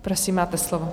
Prosím, máte slovo.